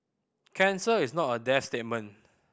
cancer is not a death